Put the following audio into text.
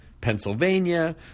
Pennsylvania